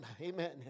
Amen